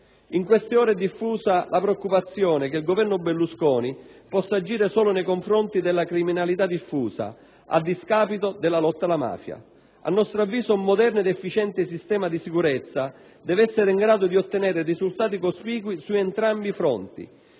In queste ore è diffusa la preoccupazione che il Governo Berlusconi possa agire solo nei confronti della criminalità diffusa, a discapito della lotta alla mafia. A nostro avviso, un moderno ed efficiente sistema di sicurezza deve essere in grado di ottenere risultati cospicui su entrambi i fronti.